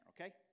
Okay